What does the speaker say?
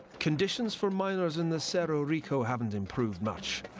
conditions for miners in the cerro rico haven't improved much.